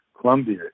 Colombia